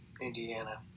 Indiana